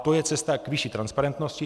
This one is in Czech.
To je cesta k vyšší transparentnosti.